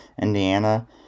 Indiana